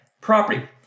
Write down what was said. property